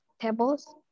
tables